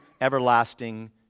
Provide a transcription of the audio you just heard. everlasting